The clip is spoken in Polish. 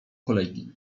kolegi